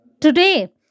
Today